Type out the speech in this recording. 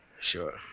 Sure